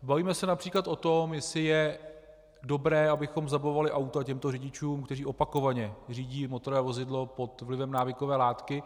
Bavíme se například o tom, jestli je dobré, abychom zabavovali auta těmto řidičům, kteří opakovaně řídí motorové vozidlo pod vlivem návykové látky.